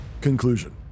Conclusion